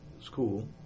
School